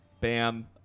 Bam